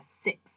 six